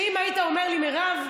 אני אומרת לך שאם היית אומר לי: מירב,